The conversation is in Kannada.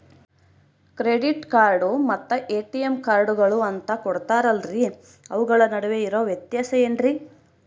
ಕ್ರೆಡಿಟ್ ಕಾರ್ಡ್ ಮತ್ತ ಎ.ಟಿ.ಎಂ ಕಾರ್ಡುಗಳು ಅಂತಾ ಕೊಡುತ್ತಾರಲ್ರಿ ಅವುಗಳ ನಡುವೆ ಇರೋ ವ್ಯತ್ಯಾಸ ಏನ್ರಿ?